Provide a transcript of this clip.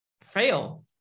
fail